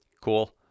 cool